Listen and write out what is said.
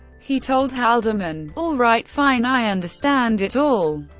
he told haldeman all right, fine, i understand it all.